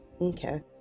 Okay